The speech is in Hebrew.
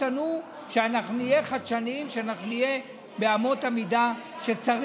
כי זה היה באמת תמיכה גדולה מאוד